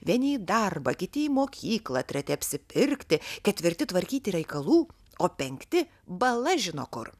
vieni į darbą kiti į mokyklą treti apsipirkti ketvirti tvarkyti reikalų o penkti bala žino kur